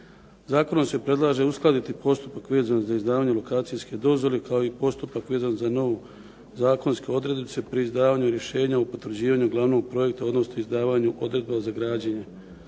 Zakonom se predlaže uskladiti postupak vezan za izdavanje lokacijske dozvole kao i postupak vezan za nove zakonske odrednice pri izdavanju rješenja o potvrđivanju glavnog projekta, odnosno izdavanju odredba za građenje.